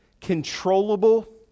controllable